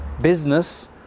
business